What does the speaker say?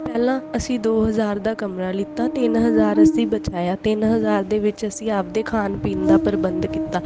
ਪਹਿਲਾਂ ਅਸੀਂ ਦੋ ਹਜ਼ਾਰ ਦਾ ਕਮਰਾ ਲਿੱਤਾ ਤਿੰਨ ਹਜ਼ਾਰ ਅਸੀਂ ਬਚਾਇਆ ਤਿੰਨ ਹਜ਼ਾਰ ਦੇ ਵਿੱਚ ਅਸੀਂ ਆਪਣੇ ਖਾਣ ਪੀਣ ਦਾ ਪ੍ਰਬੰਧ ਕੀਤਾ